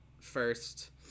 first